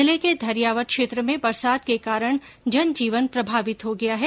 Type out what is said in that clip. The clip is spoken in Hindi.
जिले के धरियावद क्षेत्र में बरसात के कारण जनजीवन प्रभावित हो गया है